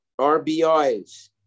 RBIs